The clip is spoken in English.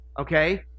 Okay